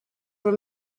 were